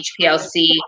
HPLC